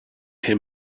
him